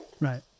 Right